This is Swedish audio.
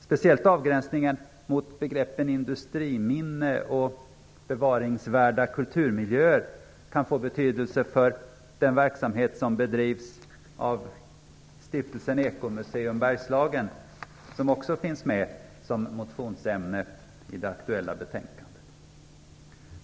Speciellt avgränsningen mot begreppen industriminne och bevaringsvärda kulturmiljöer kan få betydelse för den verksamhet som bedrivs av Ekomuseum Bergslagen som också finns med som motionsämne i det aktuella betänkandet.